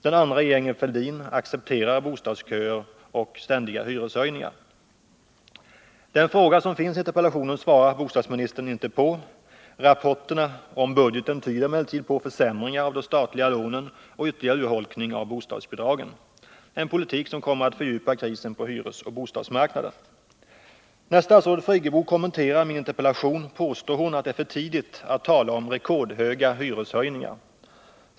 Den andra regeringen Fälldin accepterar bostadsköer och ständiga hyreshöjningar. Den fråga som finns i interpellationen svarar inte bostadsministern på. Rapporterna om budgeten tyder emellertid på försämringar av de statliga lånen och ytterligare urholkning av bostadsbidragen, en politik som kommer att fördjupa krisen på hyresoch bostadsmarknaden. Närstatsrådet Friggebo kommenterar min interpellation påstår hon att det är för tidigt att tala om rekordhöga hyreshöjningar.